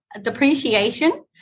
depreciation